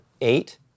Eight